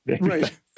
right